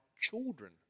children